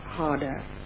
harder